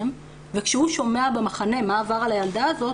כשהוא שומע במחנה מה עבר על הילדה הזאת,